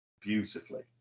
beautifully